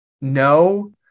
no